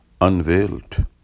unveiled